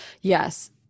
Yes